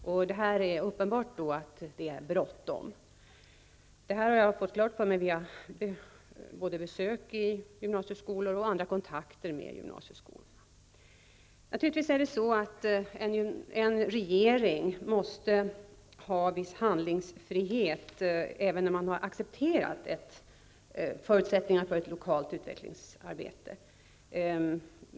Det är alltså uppenbarligen bråttom. Detta har jag fått klart för mig vid besök i gymnasieskolor och vid andra kontakter med gymnasieskolor. En regering måste naturligtvis ha en viss handlingsfrihet, även sedan man accepterat förutsättningarna för ett lokalt utvecklingsarbete.